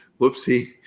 Whoopsie